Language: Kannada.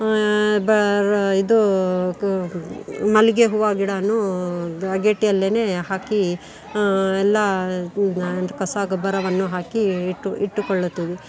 ಇದು ಮಲ್ಲಿಗೆ ಹೂವು ಗಿಡಾನು ಅಗೇಡಿಯಲ್ಲೇನೇ ಹಾಕಿ ಎಲ್ಲ ಕಸ ಗೊಬ್ಬರವನ್ನು ಹಾಕಿ ಇಟ್ಟು ಇಟ್ಟುಕೊಳ್ಳುತ್ತೇವೆ